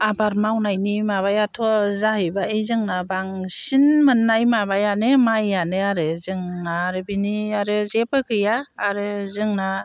आबाद मावनायनि माबायाथ' जाहैबाय जोंना बांसिन मोननाय माबायानो माइयानो आरो जोंना आरो बेनि आरो जेबो गैया आरो जोंना